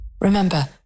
Remember